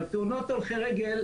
תאונות הולכי רגל,